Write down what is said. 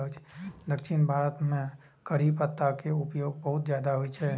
दक्षिण भारत मे करी पत्ता के प्रयोग बहुत ज्यादा होइ छै